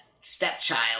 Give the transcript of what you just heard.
stepchild